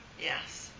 Yes